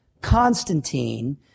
Constantine